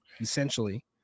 Essentially